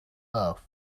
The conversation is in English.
love